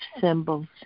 symbols